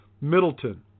Middleton